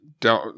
down